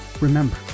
Remember